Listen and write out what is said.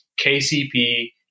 KCP